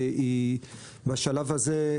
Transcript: ובשלב הזה,